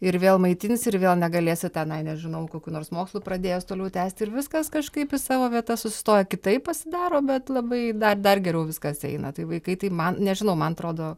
ir vėl maitinsi ir vėl negalėsi tenai nežinau kokių nors mokslų pradėjęs toliau tęsti ir viskas kažkaip į savo vietas sustoja kitaip pasidaro bet labai dar dar geriau viskas eina tai vaikai tai man nežinau man atrodo